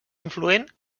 influent